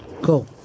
Cool